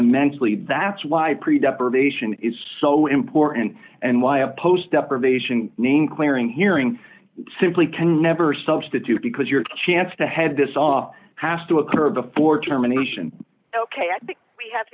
immensely that's why pre death pervasion is so important and why a post deprivation name clearing hearing simply can never substitute because your chance to head this off has to occur before germination ok i think we have